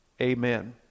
Amen